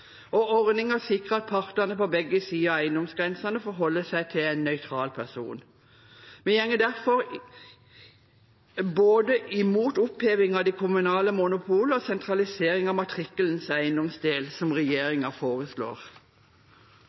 og ordningen sikrer at partene på begge sider av eiendomsgrensene forholder seg til en nøytral person. Vi går derfor imot både oppheving av det kommunale monopolet og sentralisering av matrikkelens eiendomsdel, som regjeringen foreslår.